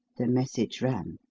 the message ran,